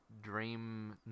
Dream